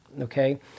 okay